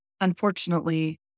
Unfortunately